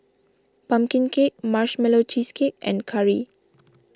Pumpkin Cake Marshmallow Cheesecake and curry